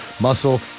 muscle